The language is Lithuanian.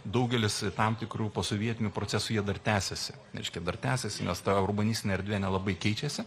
daugelis tam tikrų posovietinių procesų jie dar tęsiasi reiškia dar tęsiasi nes ta urbanistinė erdvė nelabai keičiasi